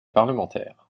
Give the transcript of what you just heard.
parlementaires